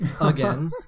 Again